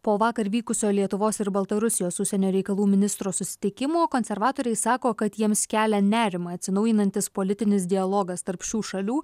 po vakar vykusio lietuvos ir baltarusijos užsienio reikalų ministrų susitikimo konservatoriai sako kad jiems kelia nerimą atsinaujinantis politinis dialogas tarp šių šalių